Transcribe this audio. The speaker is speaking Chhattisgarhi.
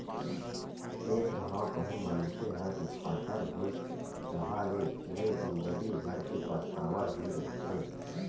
एक घांव कहूँ मनखे ह डिफाल्टर होइस ताहाँले ले जिंदगी भर के पछतावा ही रहिथे